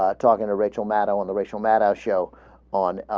ah talking to rachel madeline the racial mata show on ah.